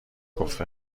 گفته